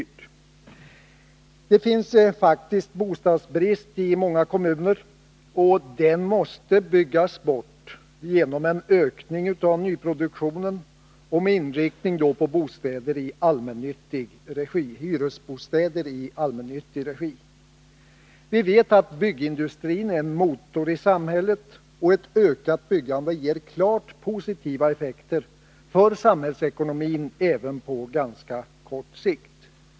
Det finns en faktisk bostadsbrist i många kommuner, och den måste byggas bort genom en ökning av nyproduktionen med inriktning på hyresbostäder i allmännyttig regi. Vi vet att byggindustrin är en motor i samhället. Ett ökat byggande ger klart positiva effekter i samhällsekonomin även på ganska kort sikt.